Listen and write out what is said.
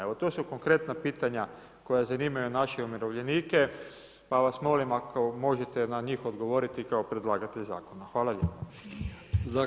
Evo to su konkretna pitanja koja zanimaju naše umirovljenike, pa vas molim ako možete na njih odgovoriti kao predlagatelj zakona.